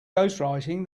ghostwriting